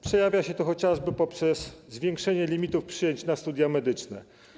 Przejawia się to chociażby poprzez zwiększenie limitu przyjęć na studia medyczne.